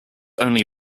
only